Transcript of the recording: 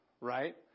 Right